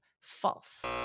false